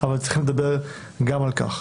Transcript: אבל צריך לדבר גם על-כך.